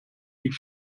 die